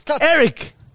Eric